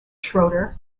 schroeder